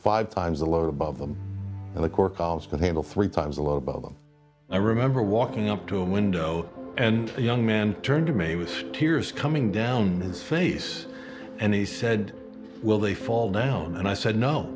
five times the load above them and the core columns can handle three times a lot about them i remember walking up to a window and a young man turned to me with tears coming down his face and he said will they fall down and i said no